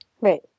Right